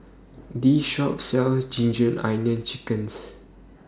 This Shop sells Ginger Onions Chickens